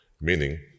Meaning